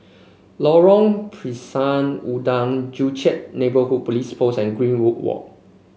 Lorong Pisang Udang Joo Chiat Neighbourhood Police Post and Greenwood Walk